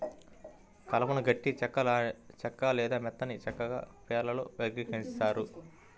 కలపను గట్టి చెక్క లేదా మెత్తని చెక్కగా అనే పేర్లతో వర్గీకరించారు